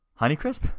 Honeycrisp